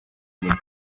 mucyo